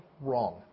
wrong